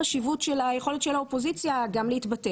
החשיבות של יכולת האופוזיציה גם להתבטא